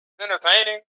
entertaining